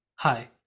Hi